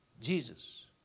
Jesus